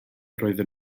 roedden